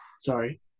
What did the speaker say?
sorry